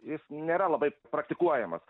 jis nėra labai praktikuojamas